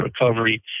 Recovery